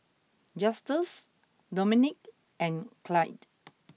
Justus Dominik and Clide